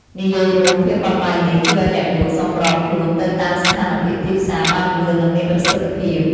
និយាយរួម ភាពបត់បែននេះជួយអ្នកលក់សម្របខ្លួនទៅតាមស្ថានភាពទីផ្សារបានលឿន និងមានប្រសិទ្ធភាព។